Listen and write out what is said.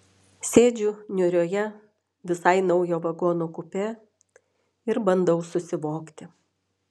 sėdžiu niūrioje visai naujo vagono kupė ir bandau susivokti